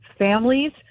families